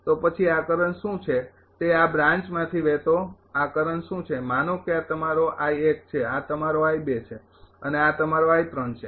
તો પછી આ કરંટ શું છે તે આ બ્રાન્ચમાંથી વહેતો આ કરંટ શું છે માનો કે આ તમારો છે આ તમારો છે અને આ તમારો છે